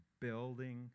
building